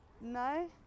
no